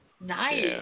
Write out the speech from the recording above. Nice